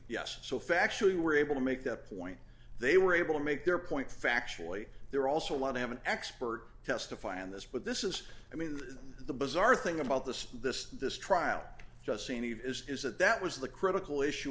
yes so factually we're able to make the point they were able to make their point factually they're also want to have an expert testify on this but this is i mean the bizarre thing about this this this trial just seanie of is that that was the critical issue